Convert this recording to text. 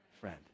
friend